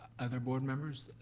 other board members,